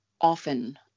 often